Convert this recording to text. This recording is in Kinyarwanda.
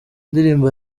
ndirimbo